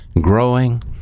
growing